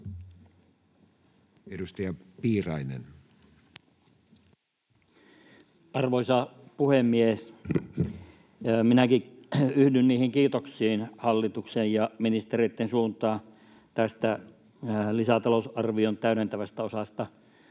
15:19 Content: Arvoisa puhemies! Minäkin yhdyn kiitoksiin hallituksen ja ministereitten suuntaan tästä lisätalousarvion täydentävästä osasta.